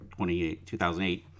2008